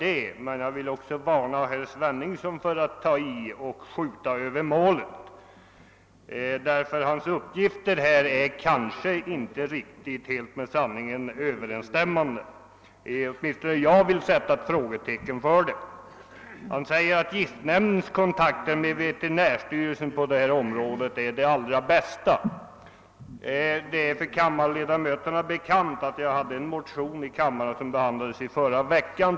Men jag vill varna herr Henningsson för att själv skjuta över målet; hans uppgifter är kanske inte helt med sanningen överensstämmande. Åtminstone vill jag sätta ett frågetecken för några av dem. Herr Henningsson framhöll bl.a. att giftnämndens kontakter med veterinärstyrelsen är de allra bästa i dessa frågor. Som kammarens ledamöter kanske vet väckte jag i januari månad en motion som behandlades här i kammaren förra veckan.